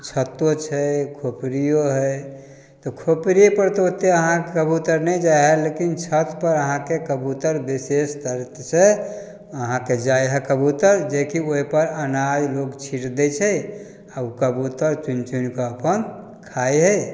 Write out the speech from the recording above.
छतो छै खोपड़िओ हइ तऽ खोपड़ीपर तऽ ओतऽ अहाँके कबूतर नहि जाइ हइ लेकिन छतपर अहाँके कबूतर विशेषतरसँ अहाँके जाइ हइ कबूतर लेकिन ओहिपर अनाज लोक छीटि दै छै आओर ओ कबूतर चुनि चुनिकऽ अपन खाइ हइ